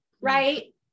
right